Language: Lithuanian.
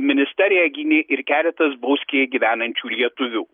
ministeriją gynė ir keletas bauskėje gyvenančių lietuvių